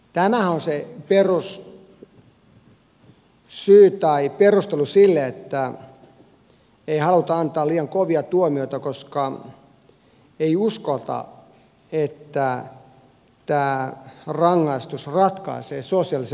tämä on se perussyy tai perustelu sille että ei haluta antaa liian kovia tuomioita koska ei uskota että rangaistus ratkaisee sosiaalisen ongelman